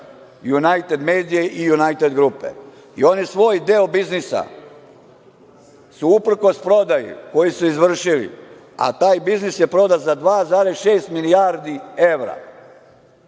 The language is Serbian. „Junajted medije“ i „Junajted grupe“, i oni svoj deo biznisa su uprkos prodaji, koju su izvršili, a taj biznis je prodat za 2,6 milijardi evra. Da